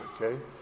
okay